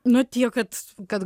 nu tiek kad kad